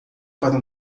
para